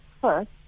first